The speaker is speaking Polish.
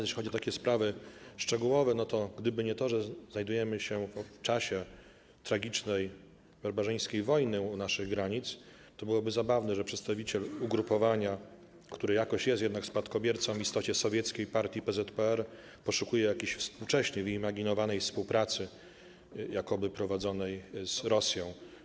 Jeśli chodzi o sprawy szczegółowe, to gdyby nie to, że znajdujemy się w czasie tragicznej, barbarzyńskiej wojny u naszych granic, to byłoby zabawne, że przedstawiciel ugrupowania, które jakoś jest jednak spadkobiercą w istocie sowieckiej partii PZPR, poszukuje jakiejś współcześnie wyimaginowanej współpracy, jakoby prowadzonej z Rosją.